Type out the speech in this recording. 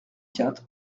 quatre